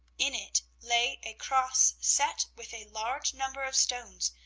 in it lay a cross set with a large number of stones,